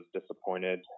disappointed